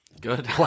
Good